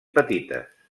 petites